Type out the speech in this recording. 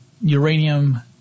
uranium